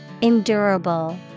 Endurable